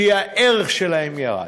כי הערך שלהן ירד.